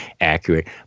accurate